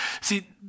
see